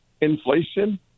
inflation